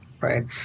right